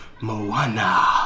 Moana